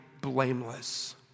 blameless